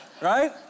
right